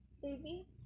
Baby